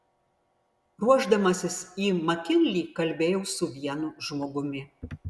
ruošdamasis į makinlį kalbėjau su vienu žmogumi